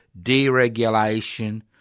deregulation